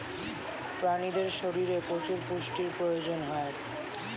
প্রাণীদের শরীরে প্রচুর পুষ্টির প্রয়োজন হয়